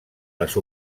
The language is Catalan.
les